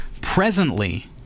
presently